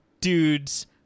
dudes